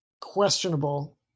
questionable